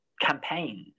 campaigns